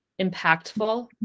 impactful